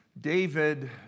David